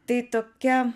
tai tokia